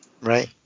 Right